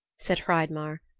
said hreidmar,